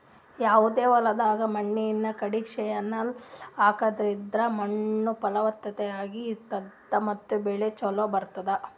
ಯಾವದೇ ಹೊಲ್ದಾಗ್ ಮಣ್ಣಿನ್ ಕಂಡೀಷನರ್ ಹಾಕದ್ರಿಂದ್ ಮಣ್ಣ್ ಫಲವತ್ತಾಗಿ ಇರ್ತದ ಮತ್ತ್ ಬೆಳಿ ಚೋಲೊ ಬರ್ತಾವ್